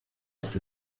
ist